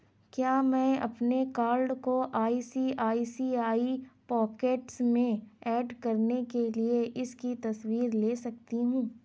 کیا میں اپنے کارڈ کو I C I C I pockets میں ایڈ کرنے کے لیے اس کی تصویر لے سکتی ہوں